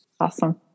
Awesome